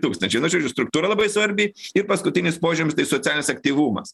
tūkstančių nu žodžiu struktūra labai svarbi ir paskutinis požymis tai socialinis aktyvumas